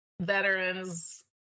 veterans